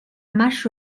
marsh